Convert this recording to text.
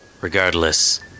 Regardless